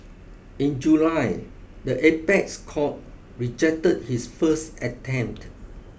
in July the apex court rejected his first attempt